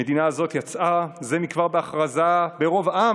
המדינה הזאת יצאה זה מכבר בהכרזה ברוב עם